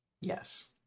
Yes